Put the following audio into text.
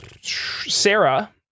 Sarah